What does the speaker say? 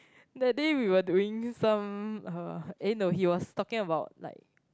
that day we were doing some uh no he was talking about like